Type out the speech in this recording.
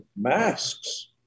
masks